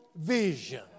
vision